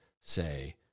say